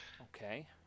Okay